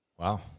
Wow